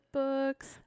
books